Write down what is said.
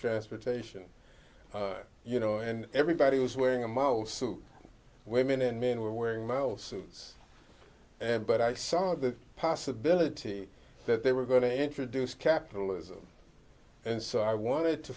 transportation you know and everybody was wearing a mouse suit women and men were wearing now suits and but i saw the possibility that they were going to introduce capitalism and so i wanted to